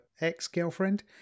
ex-girlfriend